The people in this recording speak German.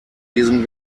diesem